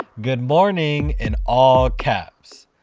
good morning in all caps.